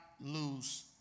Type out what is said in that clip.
lose